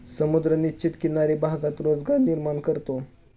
समुद्र निश्चित किनारी भागात रोजगार निर्माण करतो